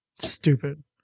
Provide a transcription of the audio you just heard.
Stupid